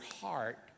heart